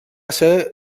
ser